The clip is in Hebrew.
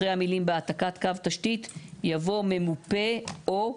אחרי המילים "בהעתקת קו תשתית" יבוא "ממופה או",